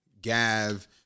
Gav